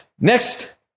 next